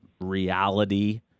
reality